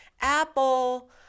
Apple